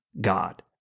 God